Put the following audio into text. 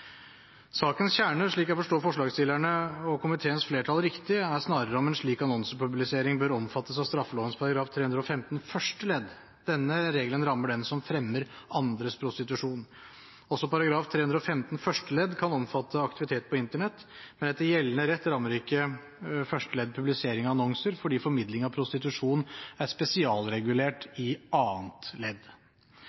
Sakens kjerne, om jeg forstår forslagsstillerne og komiteens flertall riktig, er snarere om en slik annonsepublisering bør omfattes av straffeloven § 315 første ledd. Denne regelen rammer den som «fremmer andres prostitusjon». Også § 315 første ledd kan omfatte aktivitet på Internett, men etter gjeldende rett rammer ikke første ledd publisering av annonser, fordi formidling av prostitusjon er spesialregulert